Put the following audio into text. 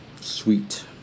Sweet